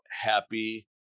happy